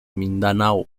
mindanao